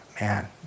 man